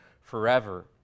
forever